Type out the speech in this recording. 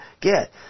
get